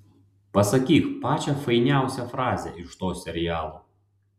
pasakyk pačią fainiausią frazę iš to serialo